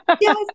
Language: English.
yes